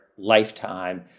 Lifetime